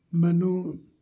ਮੈਨੂੰ